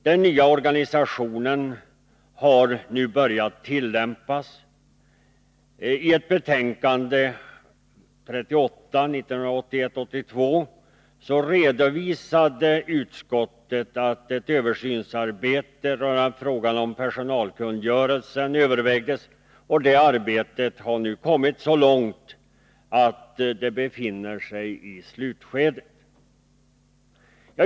Den nya organisationen har nu börjat tillämpas. I ett betänkande 1981/82:38 redovisade utskottet att ett översynsarbete rörande frågan om personalkungörelsen övervägdes. Det arbetet har nu kommit så långt att det befinner sig i slutskedet.